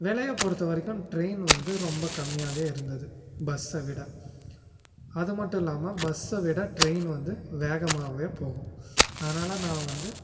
விலைய பொறுத்த வரைக்கும் ட்ரெயின் வந்து ரொம்ப கம்மியாகவே இருந்தது பஸ்ஸை விட அது மட்டும் இல்லாமல் பஸ்ஸை விட ட்ரெயின் வந்து வேகமாகவே போகும் அதனால நான் வந்து